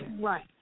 Right